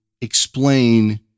explain